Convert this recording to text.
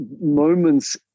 moments